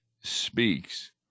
speaks